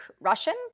Russian